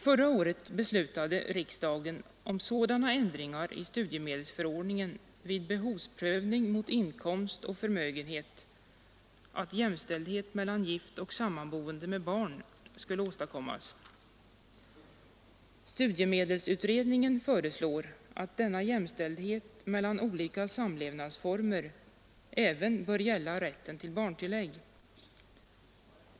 Förra året beslutade riksdagen om sådana ändringar i studiemedelsförordningen vid behovsprövning mot inkomst och förmögenhet att jämställdhet mellan gift och sammanboende med barn skulle åstadkommas. Studiemedelsutredningen föreslår att denna jämställdhet mellan olika samlevnadsformer även bör gälla rätten till barntillägg.